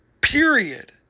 period